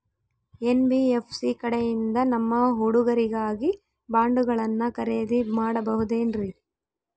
NBFC ಕಡೆಯಿಂದ ನಮ್ಮ ಹುಡುಗರಿಗಾಗಿ ಬಾಂಡುಗಳನ್ನ ಖರೇದಿ ಮಾಡಬಹುದೇನ್ರಿ?